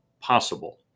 possible